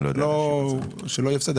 שלא יהיה הפסד.